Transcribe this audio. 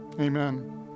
Amen